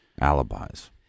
alibis